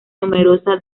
numerosa